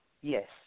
Yes